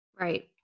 Right